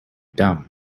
dumb